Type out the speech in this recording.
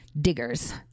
diggers